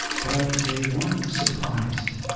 but they weren't surprised.